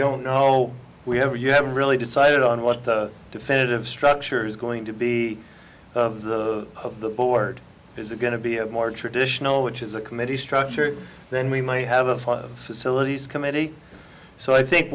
don't know we have or you haven't really decided on what the definitive structure is going to be of the board is it going to be a more traditional which is a committee structure then we might have a facilities committee so i think